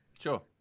sure